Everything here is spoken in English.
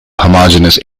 homogeneous